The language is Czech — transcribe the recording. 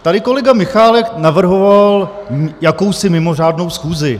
Tady kolega Michálek navrhoval jakousi mimořádnou schůzi.